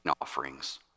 offerings